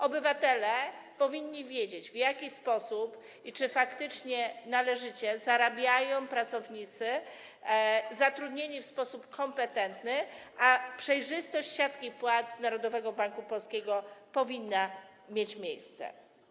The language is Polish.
Obywatele powinni wiedzieć, w jaki sposób i czy faktycznie należycie zarabiają pracownicy zatrudnieni w sposób kompetentny, a przejrzystość siatki płac Narodowego Banku Polskiego powinna mieć miejsce.